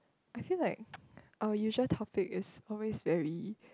I feel like our usual topic is always very